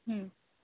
হুম